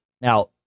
Now